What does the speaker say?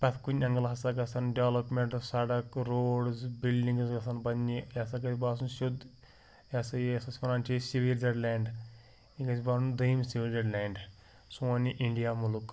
پرٛیٚتھ کُنہِ ایٚنگلہٕ ہسا گژھَن ڈیٚولَپمیٚنٹ سَڑک روڈٕز بِلڈِنگٕز گژھَن بَننہِ یہِ ہسا گژھہِ باسُن سیٚود یہِ ہسا یہِ یَتھ أسۍ وَنان چھِ أسۍ سِویٖزرلینڈ یہِ گژھہِ بَنُن دوٚیِم سِویٖزرلینٛڈ سوٗن یہِ اِنڈیا مُلک